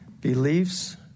Beliefs